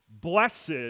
blessed